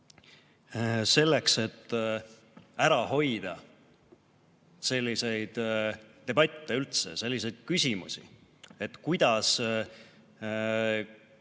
Selleks, et ära hoida selliseid debatte üldse, selliseid küsimusi, et kuidas